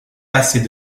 passées